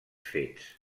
fets